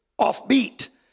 offbeat